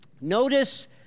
Notice